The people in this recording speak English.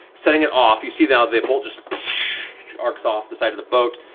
setting it off. you see now the bolt just arcs off the side of the boat.